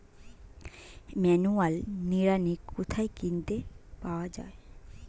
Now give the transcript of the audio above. Manual নিড়ানি কোথায় কিনতে পাওয়া যায়?